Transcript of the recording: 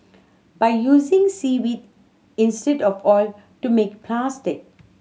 by using seaweed of oil to make plastic